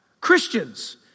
Christians